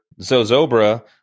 ZoZobra